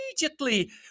immediately